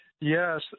Yes